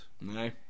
no